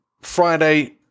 Friday